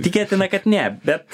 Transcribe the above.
tikėtina kad ne bet